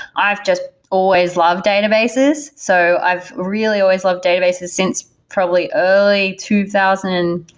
i've just always love databases. so i've really always loved databases since probably early two thousand